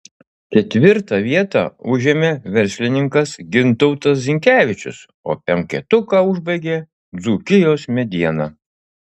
ketvirtą vietą užėmė verslininkas gintautas zinkevičius o penketuką užbaigė dzūkijos mediena